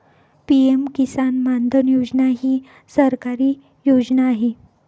PM किसान मानधन योजना ही सरकारी योजना आहे